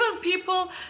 people